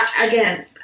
again